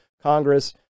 Congress